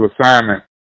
assignment